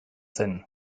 zen